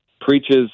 preaches